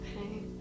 okay